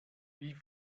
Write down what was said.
wie